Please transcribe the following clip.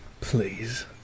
Please